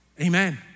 Amen